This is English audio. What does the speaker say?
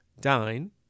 dine